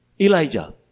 Elijah